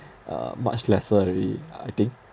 uh much lesser already I think